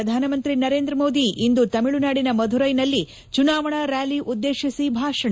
ಪ್ರಧಾನಮಂತ್ರಿ ನರೇಂದ್ರ ಮೋದಿ ಇಂದು ತಮಿಳುನಾಡಿನ ಮಧುರೈನಲ್ಲಿ ಚುನಾವಣಾ ರ್ನಾಲಿ ಉದ್ದೇಶಿಸಿ ಭಾಷಣ